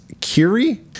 Kiri